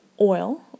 oil